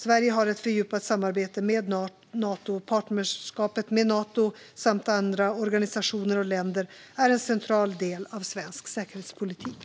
Sverige har ett fördjupat samarbete med Nato. Partnerskapet med Nato och med andra organisationer och länder är en central del av svensk säkerhetspolitik.